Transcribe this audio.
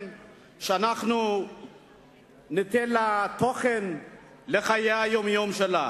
שאנחנו ניתן לה תוכן בחיי היום-יום שלה.